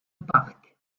parc